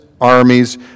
armies